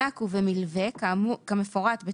שהוא סיוע ומענק למימון הוצאות שכרוכות במעבר